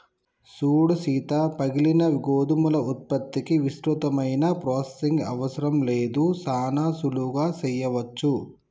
సూడు సీత పగిలిన గోధుమల ఉత్పత్తికి విస్తృతమైన ప్రొసెసింగ్ అవసరం లేదు సానా సులువుగా సెయ్యవచ్చు